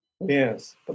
Yes